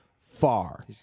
far